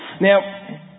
Now